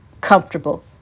comfortable